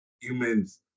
humans